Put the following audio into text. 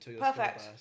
perfect